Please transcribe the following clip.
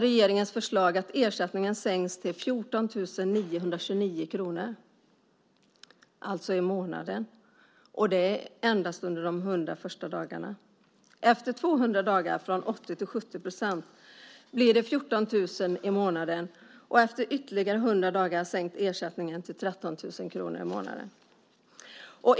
Regeringens förslag innebär att ersättningen sänks till 14 929 kr i månaden, och det är endast under de 100 första dagarna. Efter 200 dagar sjunker ersättningen från 80 till 70 %. Då blir ersättningen 14 000 kr i månaden, och efter ytterligare 100 dagar sänks den till 13 000 kr i månaden.